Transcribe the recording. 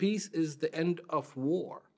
peace is the end of war